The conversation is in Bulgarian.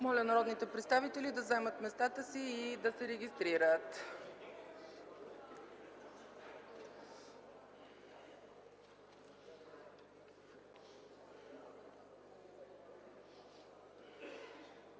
Моля народните представители да заемат местата си и да се успокоят!